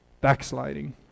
backsliding